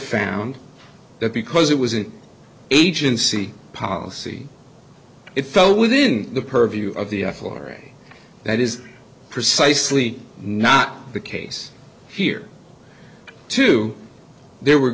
found that because it was an agency policy it fell within the purview of the f r a that is precisely not the case here too there were